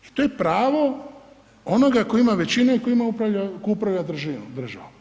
I to je pravo onoga tko ima većinu i koji upravlja državom.